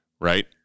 right